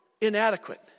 inadequate